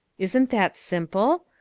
isn't that simple?